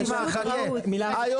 זאת